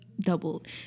doubled